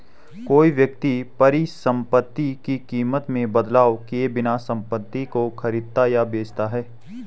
कोई व्यक्ति परिसंपत्ति की कीमत में बदलाव किए बिना संपत्ति को खरीदता या बेचता है